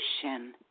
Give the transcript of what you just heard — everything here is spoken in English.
solution